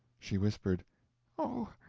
she whispered oh,